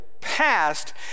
past